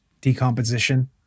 decomposition